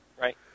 Right